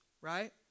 right